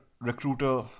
recruiter